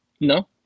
No